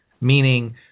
meaning